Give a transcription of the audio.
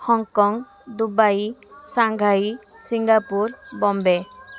Hong Kong Dubai Shanghai Singapore Bombay